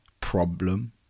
problem